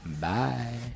Bye